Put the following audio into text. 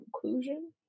conclusion